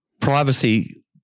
Privacy